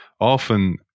often